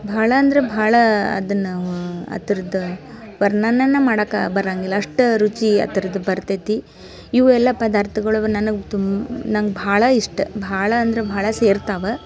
ಭಾಳ ಅಂದ್ರೆ ಭಾಳಾ ಅದನ್ನು ಅದ್ರದ್ದು ವರ್ಣನೆ ಮಾಡೋಕೆ ಬರೋಂಗಿಲ್ಲ ಅಷ್ಟು ರುಚಿ ಅದ್ರದ್ದು ಬರ್ತದೆ ಇವೆಲ್ಲ ಪದಾರ್ಥಗಳವ ನನಗೆ ತುಮ್ ನಂಗೆ ಭಾಳ ಇಷ್ಟ ಭಾಳ ಅಂದ್ರೆ ಭಾಳ ಸೇರ್ತಾವ